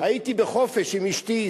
הייתי בחופשה עם אשתי,